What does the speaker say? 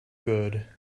good